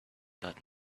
that